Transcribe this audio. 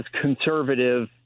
conservative